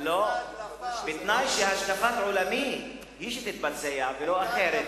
בתנאי שהשקפת עולמי היא שתתבצע ולא אחרת.